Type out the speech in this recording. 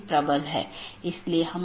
बल्कि कई चीजें हैं